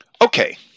Okay